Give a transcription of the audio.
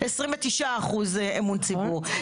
2020 - 29% אמון ציבור.